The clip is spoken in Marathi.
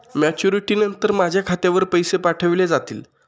मॅच्युरिटी नंतर माझ्या खात्यावर पैसे पाठविले जातील?